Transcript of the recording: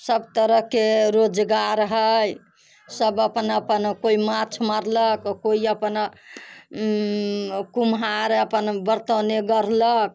सब तरहके रोजगार हय सब अपन अपन कोइ माछ मारलक कोइ अपन कुम्हार अपन बरतने गढ़लक